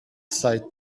side